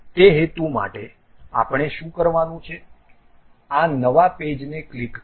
તે હેતુ માટે આપણે શું કરવાનું છે આ નવા પેજને ક્લિક કરો